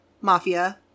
Mafia